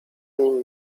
nim